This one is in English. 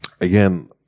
again